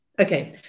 Okay